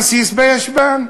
רסיס בישבן.